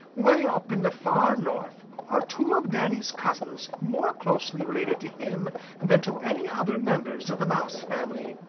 way up in the far north are two of danny's cousins more closely related to him than to any other members of the mouse family.